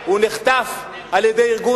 הוא נחטף על אדמת ארץ-ישראל, אחרי היציאה מעזה.